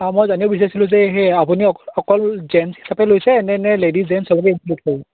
অঁ মই জানিব বিচাৰছিলোঁ যে সেই আপুনি অক অকল জেণ্টছ্ হিচাপে লৈছে নে লেডিজ জেণ্টছ্ চবকে ইনক্লুড কৰ